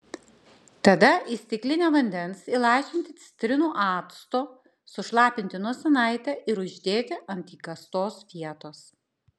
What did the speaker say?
tada į stiklinę vandens įlašinti citrinų acto sušlapinti nosinaitę ir uždėti ant įkastos vietos